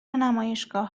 نمایشگاه